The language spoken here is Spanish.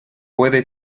puede